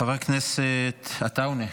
חבר הכנסת עטאונה,